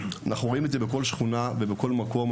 אנחנו רואים אותם בכל שכונה ובכל מקום,